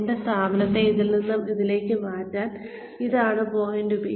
എന്റെ സ്ഥാപനത്തെ ഇതിൽ നിന്ന് ഇതിലേക്ക് മാറ്റാൻ ഇതാണ് പോയിന്റ് ബി